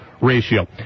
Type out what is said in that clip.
ratio